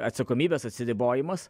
atsakomybės atsiribojimas